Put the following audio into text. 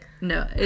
No